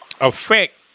affect